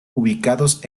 ubicados